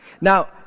Now